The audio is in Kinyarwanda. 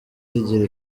yigira